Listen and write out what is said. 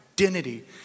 identity